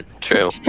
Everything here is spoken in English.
True